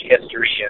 history